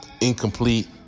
Incomplete